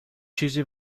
چیزی